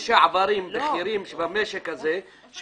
יחידה ארצית במשטרת ישראל